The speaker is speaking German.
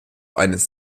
eines